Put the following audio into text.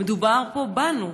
מדובר פה בנו,